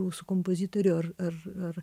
rusų kompozitorių ar ar ar